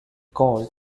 called